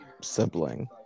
sibling